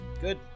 Good